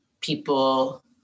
people